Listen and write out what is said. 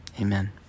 Amen